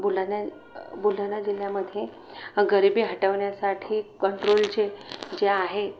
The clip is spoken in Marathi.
बुलढाणा बुलढाणा जिल्ह्यामध्ये गरिबी हटवण्यासाठी कंट्रोल जे जे आहे